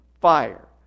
fire